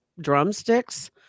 drumsticks